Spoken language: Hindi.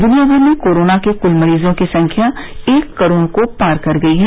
दनिया भर में कोरोना के कल मरीजों की संख्या एक करोड़ को पार कर गई है